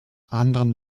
anderen